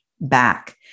back